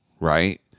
right